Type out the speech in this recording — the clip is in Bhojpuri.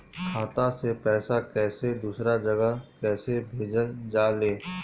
खाता से पैसा कैसे दूसरा जगह कैसे भेजल जा ले?